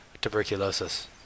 tuberculosis